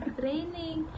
training